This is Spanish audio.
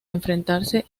enfrentarse